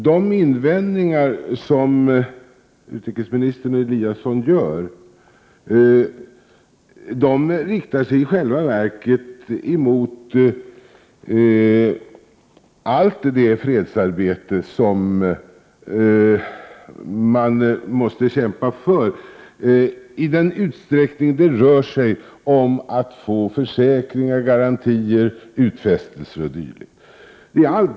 De invändningar som utrikesministern och Ingemar Eliasson gör riktar sig i själva verket emot allt det fredsarbete som man måste kämpa för, i den utsträckning det rör sig om att få försäkringar, garantier, utfästelser o.d.